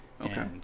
Okay